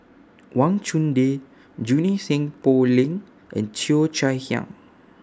Wang Chunde Junie Sng Poh Leng and Cheo Chai Hiang